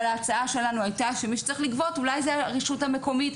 אבל ההצעה שלנו הייתה שמי שצריך לגבות זה אולי הרשות המקומית,